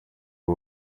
ubu